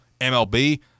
MLB